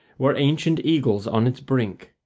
where ancient eagles on its brink,